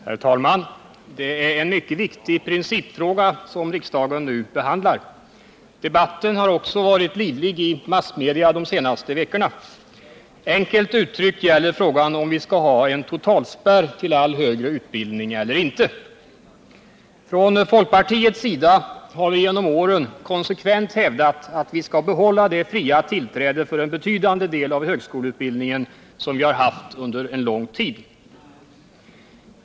Herr talman! Det är en mycket viktig principfråga som riksdagen nu behandlar. Debatten har också varit livlig i massmedia de senaste veckorna. Enkelt uttryckt gäller frågan om vi skall ha en totalspärr till all högre utbildning eller inte. Från folkpartiets sida har vi genom åren konsekvent hävdat, att vi skall behålla det fria tillträde för en betydande del av högskoleutbildningen som vi haft under lång tid.